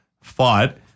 fought